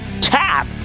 tap